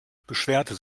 beschwerte